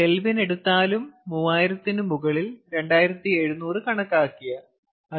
kelvin എടുത്താലും 3000 ൽ 2700 കണക്കാക്കിയാൽ